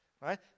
right